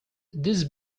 this